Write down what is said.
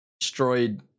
destroyed